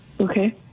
Okay